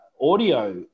audio